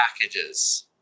packages